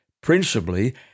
principally –